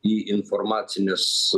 į informacines